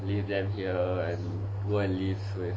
leave them here and gwee li sui